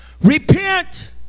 repent